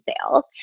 sales